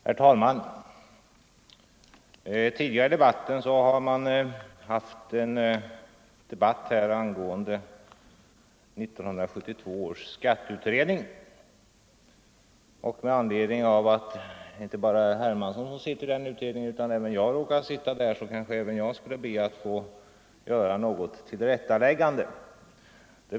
Herr talman! Tidigare under dagen har det förts en debatt angående 1972 års skatteutredning. Med anledning av att inte bara herr Hermansson utan även jag sitter i den utredningen skall jag be att få göra vissa tillrättalägganden.